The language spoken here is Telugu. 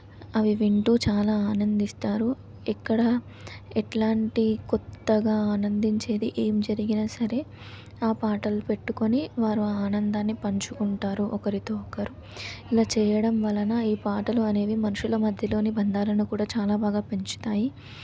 అవి వింటూ చాలా ఆనందిస్తారు ఎక్కడ ఎలాంటి కొత్తగా ఆనందించేది ఏం జరిగినా సరే ఆ పాటలు పెట్టుకొని వారు ఆనందాన్ని పంచుకుంటారు ఒకరితో ఒకరు ఇలా చేయడం వలన ఈ పాటలు అనేవి మనుషుల మధ్యలోని బంధాలను కూడా చాలా బాగా పెంచుతాయి